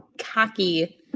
cocky